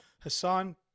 Hassan